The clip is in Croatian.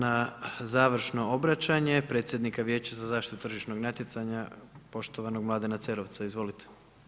Na završno obraćanje, predsjednika vijeća za zaštitu tržišnog natjecanja, poštovanog Mladena Cerovca, izvolite.